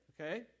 Okay